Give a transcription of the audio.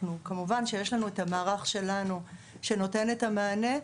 כמובן שיש לנו את המערך שלנו שנותן את המענה,